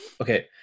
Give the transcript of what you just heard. Okay